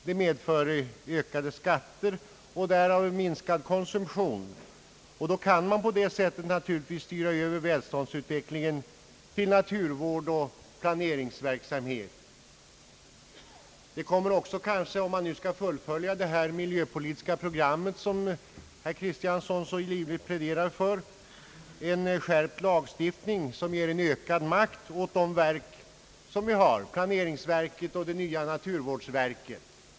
Det medför ökade skatter och som följd därav en minskad konsumtion. På det sättet kan man naturligtvis styra välståndsutvecklingen över till naturvård och planeringsverksamhet. Om man nu skall fullfölja det miljöpolitiska program som herr Kristiansson så ivrigt pläderar för, kommer det kanske också att innebära en skärpt lagstiftning som ger ökad makt åt de verk som vi har, planeringsverket och det nya naturvårdsverket.